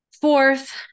fourth